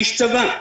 איש צבא,